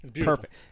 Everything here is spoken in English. perfect